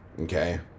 Okay